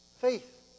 Faith